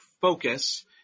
focus